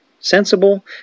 sensible